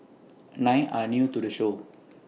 nine are new to the show